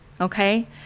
okay